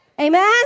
Amen